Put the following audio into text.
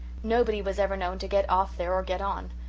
nobody was ever known to get off there or get on.